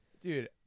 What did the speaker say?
dude